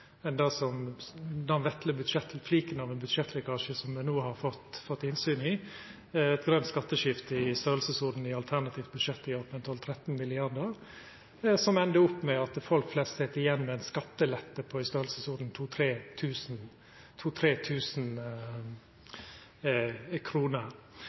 den vesle fliken av ein budsjettlekkasje som me no har fått innsyn i – eit grønt skatteskifte i alternativt budsjett på i alt 12 mrd.–13 mrd. kr, som endar med at folk flest sit igjen med ein skattelette på 2 000–3 000 kr. Og til det som er undertonen i